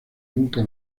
nunca